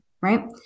right